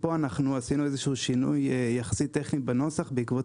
פה עשינו איזה שהוא שינוי יחסית טכני בנוסח בעקבות